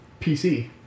PC